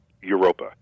Europa